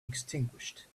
extinguished